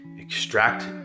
extract